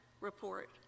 report